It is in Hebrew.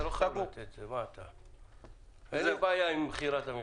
אתה לא חייב --- אין לי בעיה עם מכירת המכסות.